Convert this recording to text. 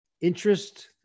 interest